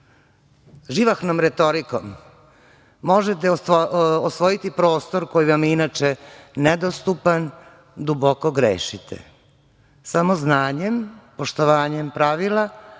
živahnom retorikom možete osvojiti prostor koji vam je inače nedostupan, duboko grešite. Samo znanjem, poštovanjem pravila,